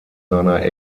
seiner